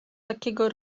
takiego